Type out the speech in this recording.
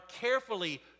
carefully